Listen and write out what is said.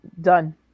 done